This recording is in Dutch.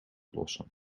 lossen